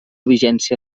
vigència